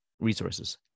resources